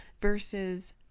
versus